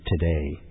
today